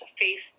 face